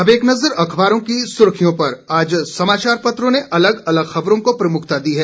अब एक नजर अखबारों की सुर्खियों पर आज समाचार पत्रों ने अलग अलग खबरों को प्रमुखता दी है